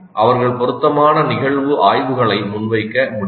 அவர்கள் பொருத்தமான நிகழ்வு ஆய்வுகளை முன்வைக்க முடியும்